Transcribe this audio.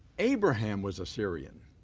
abraham was assyrian.